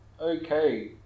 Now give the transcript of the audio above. okay